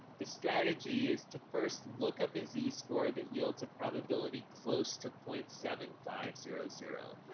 the strategy is to first look up a z-score that yields a probability close to point seven five zero zero.